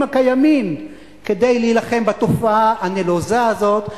הקיימים כדי להילחם בתופעה הנלוזה הזאת.